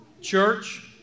Church